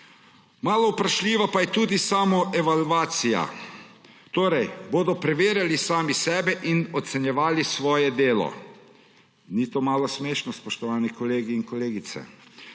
Malo vprašljiva pa je tudi samoevalvacija. Torej bodo preverjali sami sebe in ocenjevali svoje delo. Ni to malo smešno, spoštovani kolegi in kolegice?